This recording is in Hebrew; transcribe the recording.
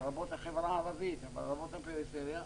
לרבות החברה הערבית ולרבות הפריפריה,